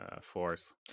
force